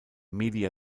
media